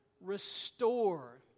restore